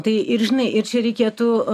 tai ir žinai ir čia reikėtų